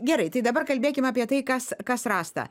gerai tai dabar kalbėkim apie tai kas kas rasta